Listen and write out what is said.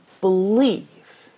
believe